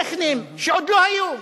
טכניים שעוד לא היו.